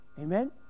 Amen